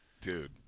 Dude